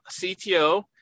CTO